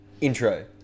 intro